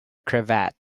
cravat